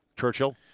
Churchill